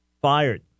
fired